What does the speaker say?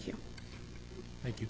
you thank you